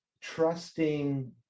trusting